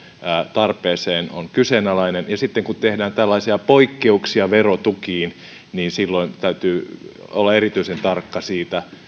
tarpeeseen on kyseenalainen ja sitten kun tehdään tällaisia poikkeuksia verotukiin niin silloin täytyy olla erityisen tarkka siitä